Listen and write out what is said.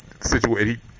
situated